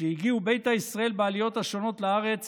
כשהגיעו ביתא ישראל בעליות השונות לארץ